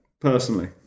Personally